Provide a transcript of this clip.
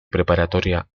preparatoria